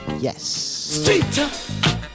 Yes